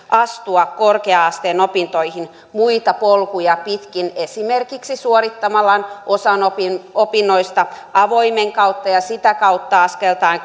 astua korkea asteen opintoihin muita polkuja pitkin esimerkiksi suorittamalla osan opinnoista avoimen kautta ja sitä kautta askeltaen